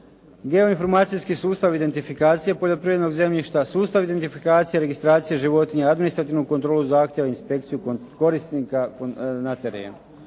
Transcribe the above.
geo informacijski sustav identifikacije poljoprivrednog zemljišta, sustav identifikacije, registracije životinja i administrativnu kontrolu zahtjeva, inspekciju korisnika na terenu.